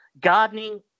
gardening